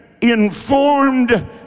informed